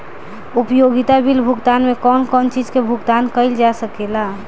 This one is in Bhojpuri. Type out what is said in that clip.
उपयोगिता बिल भुगतान में कौन कौन चीज के भुगतान कइल जा सके ला?